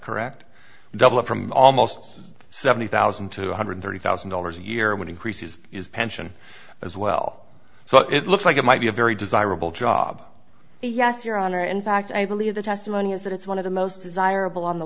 correct double up from an almost seventy thousand two hundred thirty thousand dollars a year when increases is pension as well so it looks like it might be a very desirable job yes your honor in fact i believe the testimony is that it's one of the most desirable on the